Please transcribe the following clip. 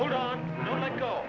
hold on let go